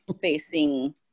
facing